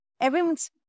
Everyone's